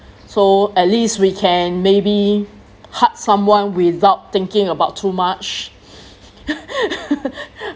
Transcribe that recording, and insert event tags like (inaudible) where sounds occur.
so at least we can maybe hug someone without thinking about too much (laughs)